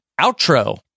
outro